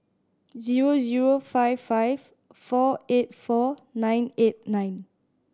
zero zero five five four eight four nine eight nine